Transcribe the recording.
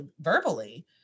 verbally